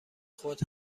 خود